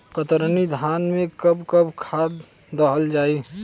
कतरनी धान में कब कब खाद दहल जाई?